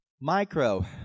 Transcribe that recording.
Micro